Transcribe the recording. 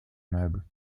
meubles